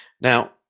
Now